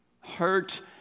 hurt